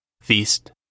Feast